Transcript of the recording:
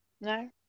No